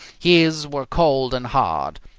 his were cold and hard.